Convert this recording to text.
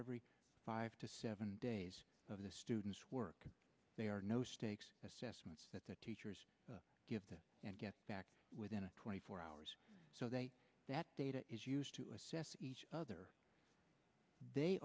every five to seven days the students work there are no stakes assessments that the teachers give to get back within a twenty four hours so they that data is used to assess each other they